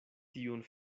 tiun